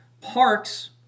Parks